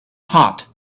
hot